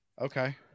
Okay